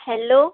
hello